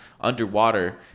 underwater